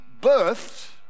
birthed